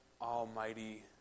almighty